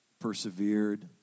persevered